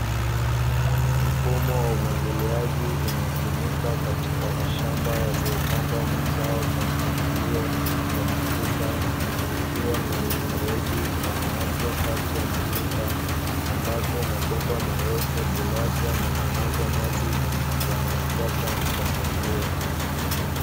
Mfumo wa umwagiliaji unaotumika katika mashamba yaliyopandwa mazao kwa mpangilio wa matuta kukiwa na mifereji inayoachwa kati ya matuta ambapo mabomba marefu hulazwa na kumwaga maji yanayofuata mkondo huo.